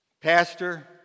Pastor